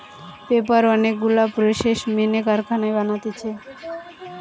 paper অনেক গুলা process মেনে কারখানায় বানাতিছে